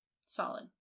Solid